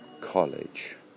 College